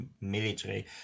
military